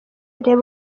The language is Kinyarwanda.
reba